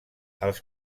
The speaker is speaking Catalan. els